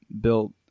built